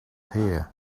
hair